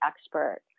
expert